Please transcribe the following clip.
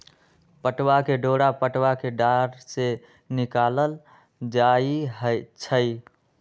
पटूआ के डोरा पटूआ कें डार से निकालल जाइ छइ